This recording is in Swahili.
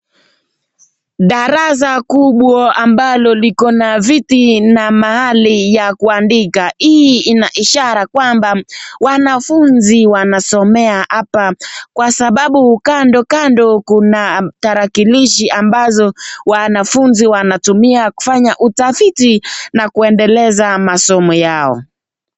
Darasa kubwa ambalo liko na viti na mahali ya kuandika. Hii ina ishara kwamba wanafunzi wanasomea hapa kwa sababu kando kando kuna tarakilishi ambazo wanafunzi wanatumia kufanya utafiti na kuendeleza masomo yao.